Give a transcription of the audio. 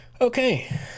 Okay